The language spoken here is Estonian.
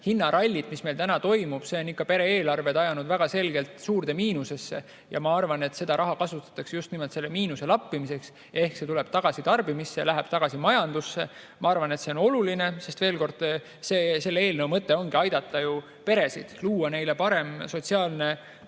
hinnarallit, mis meil täna toimub, et see on perede eelarved ajanud väga selgelt suurde miinusesse. Ma arvan, et seda raha kasutatakse just nimelt selle miinuse lappimiseks ehk see tuleb tagasi tarbimisse ja läheb tagasi majandusse. Ma arvan, et see on oluline, sest veel kord: selle eelnõu mõte ongi aidata peresid, luua neile parem sotsiaalne